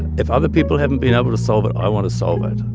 if other people haven't been able to solve it, i want to solve it.